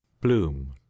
bloom